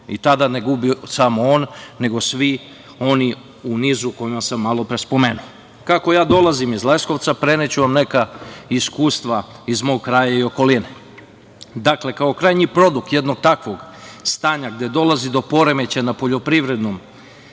i tada ne gubi ne samo on nego svi oni u nizu koje sam malopre spomenuo. Kako ja dolazim iz Leskovca preneću vam neka iskustva iz mog kraja i okoline. Dakle, kao krajnji produkt jednog takvog stanja gde dolazi do poremećaja na poljoprivrednom